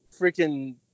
freaking